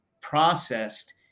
processed